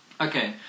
Okay